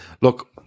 look